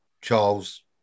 Charles